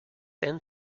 and